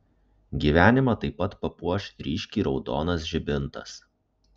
gyvenimą taip pat papuoš ryškiai raudonas žibintas